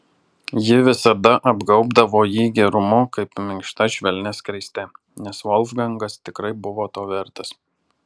ji visada apgaubdavo jį gerumu kaip minkšta švelnia skraiste nes volfgangas tikrai buvo to vertas